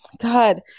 God